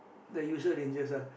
the usual rangers ah